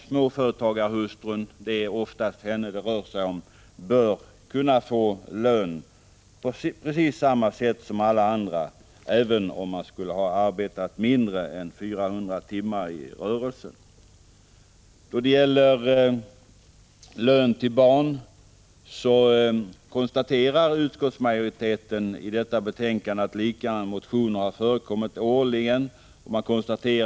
Småföretagarhustrun, det är oftast henne det rör sig om, bör kunna få lön på precis samma sätt som alla andra, även om hon skulle ha arbetat mindre än 400 timmar i rörelsen. Beträffande lön till barn konstaterar utskottsmajoriteten i detta betänkande att liknande motioner har förekommit årligen. Man konstaterar också att 139 Prot.